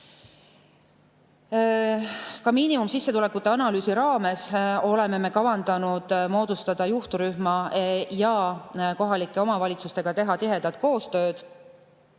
Ka miinimumsissetulekute analüüsi raames oleme kavandanud moodustada juhtrühma ja teha kohalike omavalitsustega tihedat koostööd.